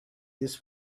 this